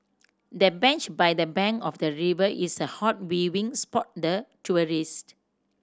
the bench by the bank of the river is a hot viewing spot the tourist